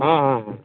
ᱦᱮᱸ ᱦᱮᱸ